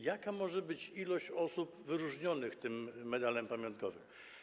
Jaka może być liczba osób wyróżnionych tym medalem pamiątkowym?